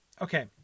Okay